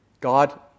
God